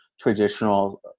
traditional